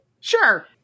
sure